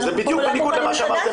זה בדיוק בניגוד למה שאמרתם פה.